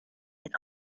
than